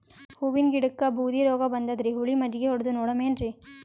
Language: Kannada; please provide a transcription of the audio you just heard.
ಹೂವಿನ ಗಿಡಕ್ಕ ಬೂದಿ ರೋಗಬಂದದರಿ, ಹುಳಿ ಮಜ್ಜಗಿ ಹೊಡದು ನೋಡಮ ಏನ್ರೀ?